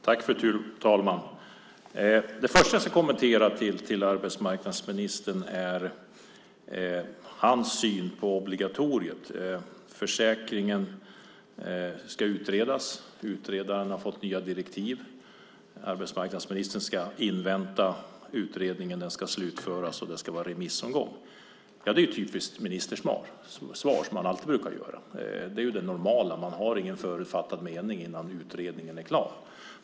Fru talman! Först vill jag kommentera arbetsmarknadsministerns syn på obligatoriet. Försäkringen ska utredas. Utredaren har fått nya direktiv. Arbetsmarknadsministern ska invänta utredningen. Den ska slutföras, och det ska vara en remissomgång. Ja, det är typiska ministersvar. Så svarar man alltid. Det normala är ju att inte ha en förutfattad mening innan en utredning är klar.